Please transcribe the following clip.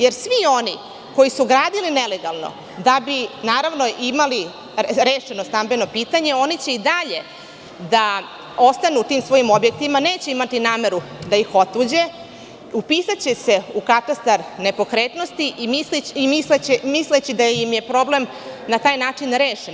Jer, svi oni koji su gradili nelegalno da bi imali rešeno stambeno pitanje, oni će i dalje da ostanu u tim svojim objektima, neće imati nameru da ih otuđe, upisaće se u katastar nepokretnosti i misliće da im je problem na taj način rešen.